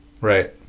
Right